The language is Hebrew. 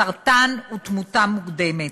סרטן ותמותה מוקדמת.